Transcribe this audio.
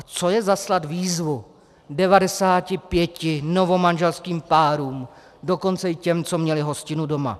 A co je zaslat výzvu 95 novomanželským párům, dokonce i těm, co měli hostinu doma?